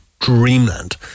dreamland